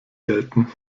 gelten